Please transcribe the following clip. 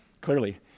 clearly